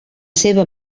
seva